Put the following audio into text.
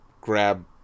grab